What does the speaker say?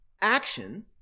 action